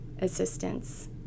assistance